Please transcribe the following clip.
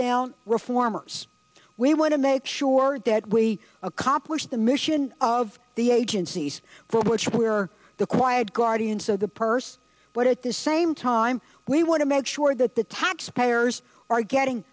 down reformers we want to make sure that we accomplish the mission of the agencies for which we are the quiet guardians of the purse but at the same time we want to make sure that the taxpayers are getting